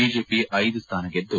BJP ಐದು ಸ್ಥಾನ ಗೆದ್ದು